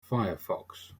firefox